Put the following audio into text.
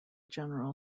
general